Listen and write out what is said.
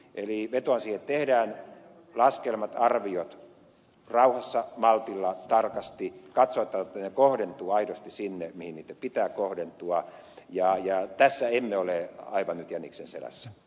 eli vetoan siihen että tehdään laskelmat arviot rauhassa maltilla tarkasti katsotaan että ne kohdentuvat aidosti sinne mihin niitten pitää kohdentua ja tässä emme ole nyt aivan jäniksen selässä